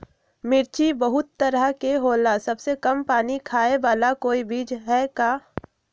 मिर्ची बहुत तरह के होला सबसे कम पानी खाए वाला कोई बीज है का?